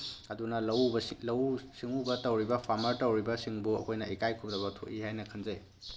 ꯑꯗꯨꯅ ꯂꯧꯎ ꯁꯤꯡꯎꯕ ꯇꯧꯔꯤꯕ ꯐꯥꯔꯃ꯭ꯔ ꯇꯧꯔꯤꯕꯁꯤꯡꯕꯨ ꯑꯩꯈꯣꯏꯅ ꯏꯀꯥꯏ ꯈꯨꯝꯅꯕ ꯊꯣꯛꯏ ꯍꯥꯏꯅ ꯈꯟꯖꯩ